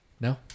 No